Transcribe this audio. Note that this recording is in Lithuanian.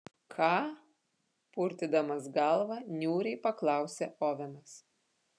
ką purtydamas galvą niūriai paklausė ovenas